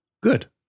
good